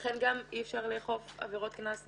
לכן אי אפשר לאכוף עבירות קנס מכוחו.